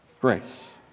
Grace